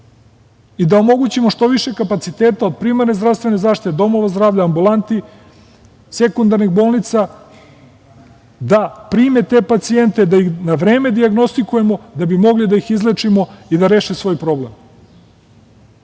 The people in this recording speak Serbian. i da omogućimo što više kapaciteta od primene zdravstvene zaštite, domova zdravlja, ambulanti, sekundarnih bolnica da prime te pacijente, da ih na vreme dijagnostikujemo, da bi mogli da ih izlečimo i da reše svoj problem.